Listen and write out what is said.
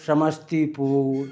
Samastipur